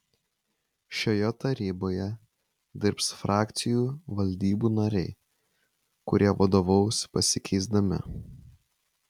šioje taryboje dirbs frakcijų valdybų nariai kurie vadovaus pasikeisdami